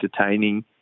entertaining